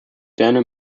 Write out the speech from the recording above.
dana